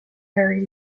very